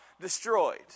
destroyed